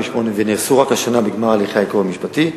ונעשו רק השנה בגמר הליכי העיכוב המשפטי.